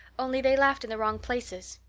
only they laughed in the wrong places.